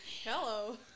Hello